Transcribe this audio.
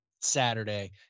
Saturday